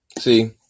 See